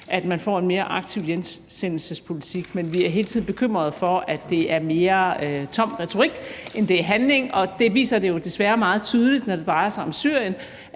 at man får en mere aktiv hjemsendelsespolitik. Men vi er hele tiden bekymrede for, at det mere er tom retorik, end det er handling, og det viser det jo desværre meget tydeligt, når det drejer sig om Syrien